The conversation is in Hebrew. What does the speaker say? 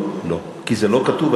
כי זה לא כתוב.